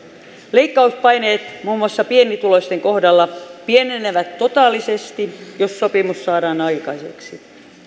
leikkauspaineet muun muassa pienituloisten kohdalla pienenevät totaalisesti jos sopimus saadaan aikaiseksi